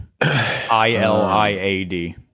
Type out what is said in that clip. I-L-I-A-D